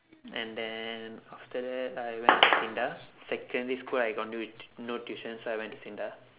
and then after that I went to SINDA secondary school I got no tu~ no tuition so I went to SINDA